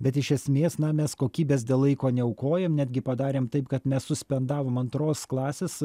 bet iš esmės na mes kokybės dėl laiko neaukojam netgi padarėm taip kad mes suspendavom antros klasės